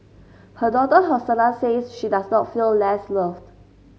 her daughter Hosanna says she does not feel less loved